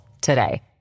today